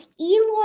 Eloy